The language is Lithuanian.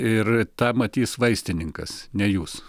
ir tą matys vaistininkas ne jūs